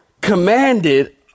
commanded